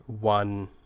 one